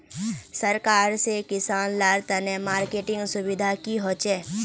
सरकार से किसान लार तने मार्केटिंग सुविधा की होचे?